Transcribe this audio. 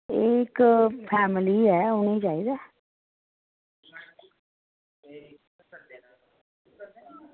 एह् इअक्क फैमिली ऐ उन्ने चाहिदा